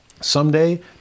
Someday